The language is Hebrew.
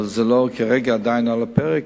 אבל כרגע זה עדיין לא על הפרק.